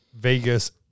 Vegas